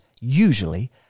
usually